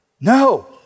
No